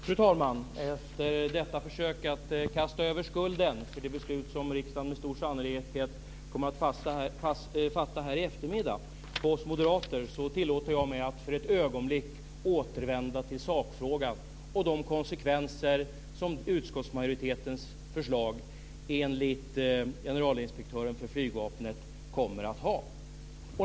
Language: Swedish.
Fru talman! Efter detta försök att kasta över skulden för det beslut som riksdagen med stor sannolikhet kommer att fatta här i eftermiddag på oss moderater tillåter jag mig att för ett ögonblick återvända till sakfrågan och de konsekvenser som utskottsmajoritetens förslag enligt generalinspektören för flygvapnet kommer att ha.